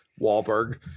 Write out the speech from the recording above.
Wahlberg